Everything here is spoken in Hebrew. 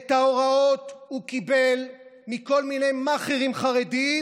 את ההוראות הוא קיבל מכל מיני מאכערים חרדיים,